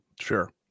Sure